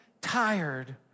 tired